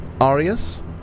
Arius